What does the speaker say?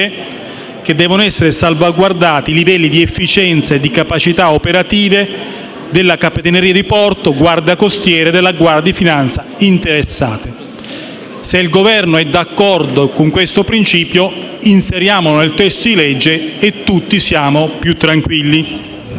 che devono essere salvaguardati i livelli di efficienza e di capacità operativa delle Capitanerie di porto, Guardia costiera e Guardia di finanza interessate. Se il Governo è d'accordo con questo principio, inseriamolo nel testo del provvedimento e tutti saremo più tranquilli.